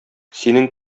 синең